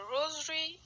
Rosary